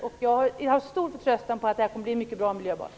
Jag känner stor förtröstan för att det här kommer att bli en mycket bra miljöbalk.